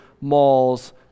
malls